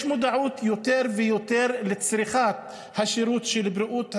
יש מודעות יותר ויותר לצריכת השירות של בריאות הנפש.